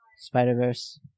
Spider-Verse